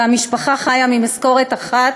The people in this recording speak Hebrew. והמשפחה חיה ממשכורת אחת,